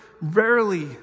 rarely